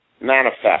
Manifest